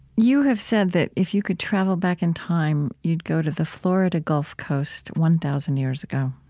you have said that if you could travel back in time, you'd go to the florida gulf coast, one thousand years ago.